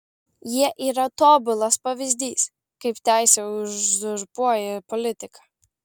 jie yra tobulas pavyzdys kaip teisė uzurpuoja politiką